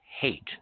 hate